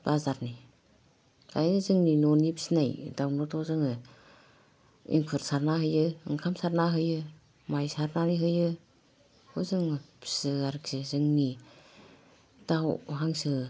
बाजारनिफ्राय जोंनि न'नि फिसिनाय दाउनोथ' जोङो एंखुर सारना होयो ओंखाम सारना होयो माय सारनानै होयो बेखौ जों फिसियो आरोखि जोंनि दाउ हांसो